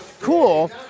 cool